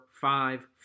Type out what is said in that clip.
five